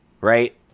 Right